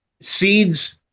seeds